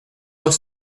pas